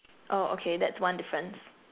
oh okay that's one difference